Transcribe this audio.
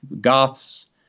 Goths